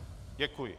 Děkuji.